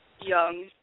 young